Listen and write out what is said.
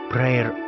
Prayer